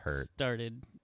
started